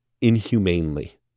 inhumanely